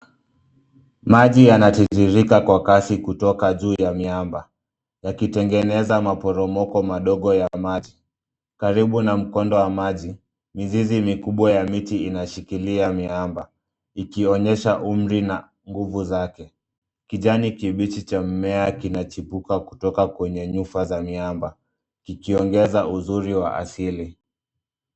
Maji yanatiririka kwa kasi kutoka juu ya miamba yakitengeneza maporomoko madogo ya maji. Karibu na mkondo wa maji, mizizi mikubwa ya miti inashikilia miamba ikionyesha umri na nguvu zake. Kijani kibichi cha mmea kinachipuka kutoka kwenye nyufa za miamba kikiongeza uzuri wa asili.